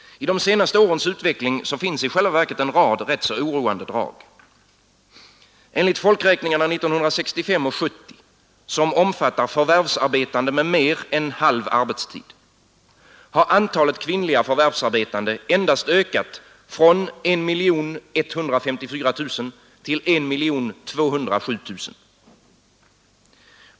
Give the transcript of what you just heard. I de senaste årens utveckling finns i själva verket en rad rätt så oroande drag. Enligt folkräkningarna 1965 och 1970, som omfattar förvärvsarbetande med mer än halv arbetstid, har antalet kvinnliga förvärvsarbetande endast ökat från 1 154 000 till 1 207 000.